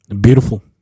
Beautiful